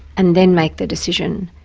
and then make the decision.